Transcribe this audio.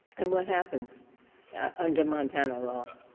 and what happens under montana law?